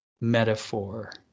metaphor